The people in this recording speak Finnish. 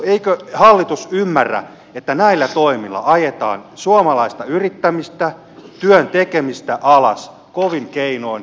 eikö hallitus ymmärrä että näillä toimilla ajetaan suomalaista yrittämistä työn tekemistä alas kovin keinoin